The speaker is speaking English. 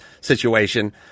situation